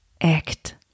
Act